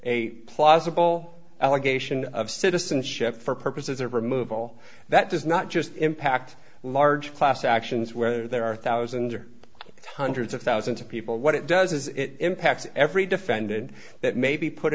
a plausible allegation of citizenship for purposes of removal that does not just impact large class actions where there are thousands or hundreds of thousands of people what it does is it impacts every defendant that may be put